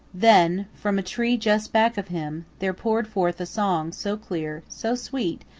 then, from a tree just back of him, there poured forth a song so clear, so sweet,